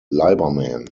liberman